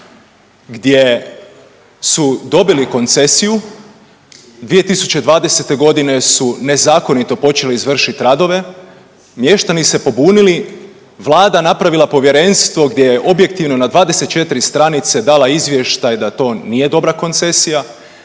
gdje su dobili koncesiju, 2020. g. su nezakonito počeli izvršiti radove, mještani se pobunili, Vlada napravila povjerenstvo gdje objektivno na 24 stranice dala izvještaj da to nije dobra koncesija